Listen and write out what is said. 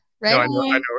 right